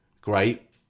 great